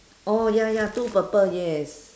oh ya ya two purple yes